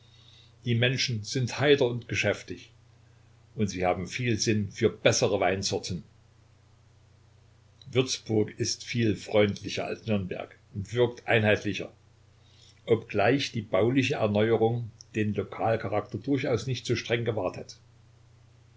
die menschen sind heiter und geschäftig und haben viel sinn für bessere weinsorten würzburg ist viel freundlicher als nürnberg und wirkt einheitlicher obgleich die bauliche erneuerung den lokalcharakter durchaus nicht so streng gewahrt hat